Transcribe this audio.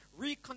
Reconnect